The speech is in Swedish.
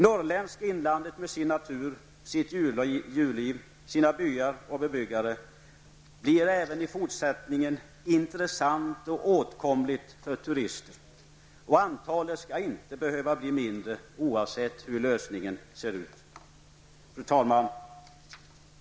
Norrländska inlandet med sin natur, sitt djurliv, sina byar och bebyggare, blir även i fortsättningen intressant och åtkomligt för turister. Antalet turister skall inte behöva bli mindre oavsett hur lösningen ser ut. Fru talman!